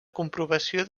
comprovació